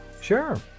sure